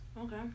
Okay